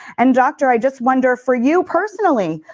and dr, i just wonder for you personally,